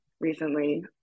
recently